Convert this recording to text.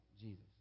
Jesus